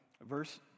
Verse